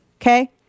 Okay